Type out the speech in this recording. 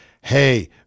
Hey